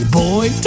boy